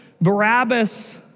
Barabbas